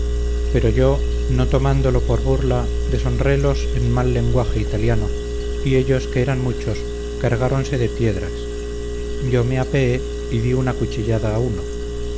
pero yo no tornándolo por burla deshonrélos en mal lenguaje italiano y ellos que eran muchos cargáronse de piedras yo me apeé y di una cuchillada a uno